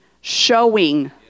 showing